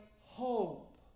hope